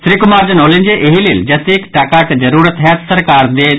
श्री कुमार जनौलनि जे एहि लेल जतेक टाकाक जरूरत होयत सरकार देत